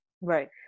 Right